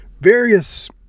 various